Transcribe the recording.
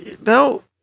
no